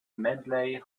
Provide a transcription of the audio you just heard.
medley